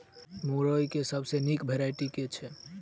मुरई केँ सबसँ निक वैरायटी केँ छै?